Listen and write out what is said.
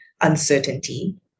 uncertainty